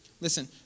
listen